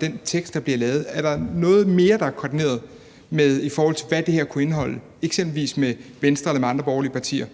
den tekst, der er blevet lavet. Er der mere, der er blevet koordineret, i forhold til hvad det her kunne indeholde, eksempelvis med Venstre eller andre borgerlige partier?